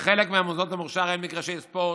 לחלק ממוסדות המוכש"ר אין מגרשי ספורט,